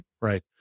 right